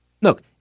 Look